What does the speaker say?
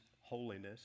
holiness